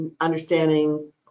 understanding